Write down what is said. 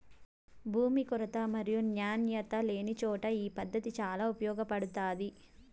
భూమి కొరత మరియు నాణ్యత లేనిచోట ఈ పద్దతి చాలా ఉపయోగపడుతాది